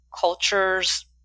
culture's